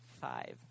five